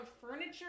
furniture